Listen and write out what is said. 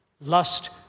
Lust